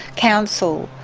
council,